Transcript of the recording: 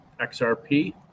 xrp